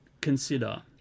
consider